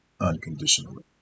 unconditionally